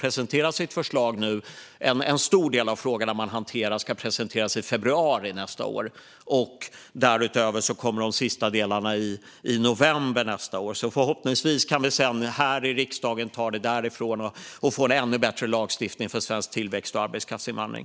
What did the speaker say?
En stor del av de frågor som utredningen hanterar ska presenteras i februari nästa år. De sista delarna kommer i november nästa år. Förhoppningsvis kan vi här i riksdagen ta det därifrån och få en ännu bättre lagstiftning för svensk tillväxt och arbetskraftsinvandring.